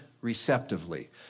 receptively